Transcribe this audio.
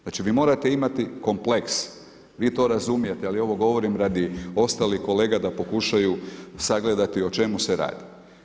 Znači, vi morate imati kompleks, vi to razumijete, ali ovo govorim radi ostalih kolega da pokušaju sagledati o čemu se radi.